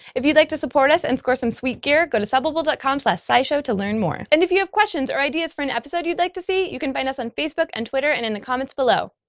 if you'd like to support us and score some sweet gear, go to subbable dot com slash scishow to learn more. and if you have questions or ideas for an episode you'd like to see, you can find us on facebook and twitter and in the comments below,